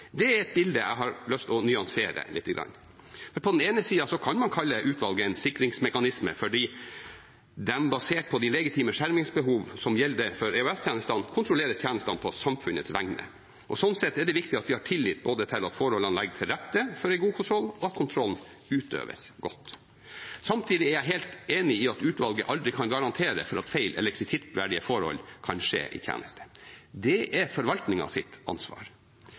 Det er et bilde jeg har lyst til å nyansere litt. På den ene siden kan man kalle utvalget en «sikringsmekanisme» fordi de basert på de legitime skjermingsbehovene som gjelder for EOS-tjenestene, kontrollerer tjenestene på samfunnets vegne. Sånn sett er det viktig at vi har tillit både til at forholdene legges til rette for en god kontroll, og til at kontrollen utøves godt. Samtidig er jeg helt enig i at utvalget aldri kan garantere for at feil eller kritikkverdige forhold kan skje i tjenesten. Det er forvaltningens ansvar.